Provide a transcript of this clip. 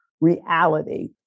reality